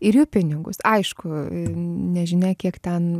ir jų pinigus aišku nežinia kiek ten